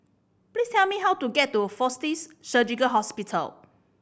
please tell me how to get to Fortis Surgical Hospital